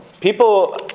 People